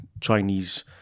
Chinese